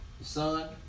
son